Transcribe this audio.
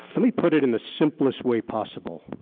let me put it in the simplest way possible.